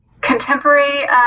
contemporary